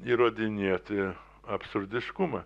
įrodinėti absurdiškumą